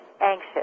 anxious